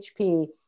HP